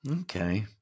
Okay